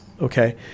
Okay